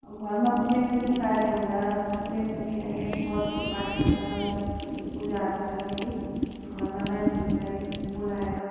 घरमा कुनै पनि कार्य हुँदा कुनै पनि या त बर्थडेको पार्टी हुँदा या त पूजाहरू हुँदाखेरि घरमा मानिसहरूलाई बोलाएर